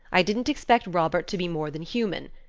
i didn't expect robert to be more than human.